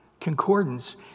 concordance